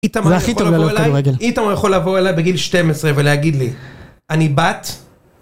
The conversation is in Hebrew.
איתמר יכול לבוא אליי בגיל 12 ולהגיד לי אני בת?